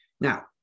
Now